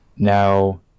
Now